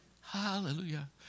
Hallelujah